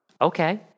Okay